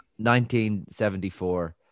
1974